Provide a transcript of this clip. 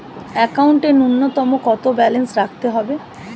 একাউন্টে নূন্যতম কত ব্যালেন্স রাখতে হবে?